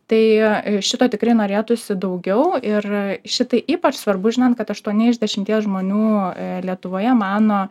tai šito tikrai norėtųsi daugiau ir šitai ypač svarbu žinant kad aštuoni iš dešimties žmonių lietuvoje mano